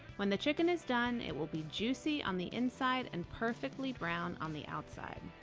when the chicken is done, it will be juicy on the inside and perfectly brown on the outside.